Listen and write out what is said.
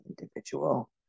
individual